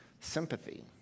sympathy